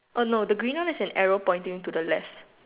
oh no the green one is an arrow pointing to the left